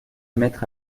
mettre